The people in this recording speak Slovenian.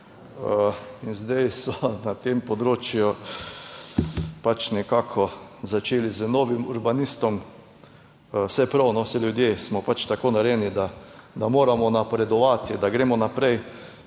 In zdaj so na tem področju nekako začeli z novim urbanistom. Saj je prav, saj ljudje smo pač tako narejeni, da moramo napredovati, da gremo naprej,